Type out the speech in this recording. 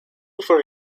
for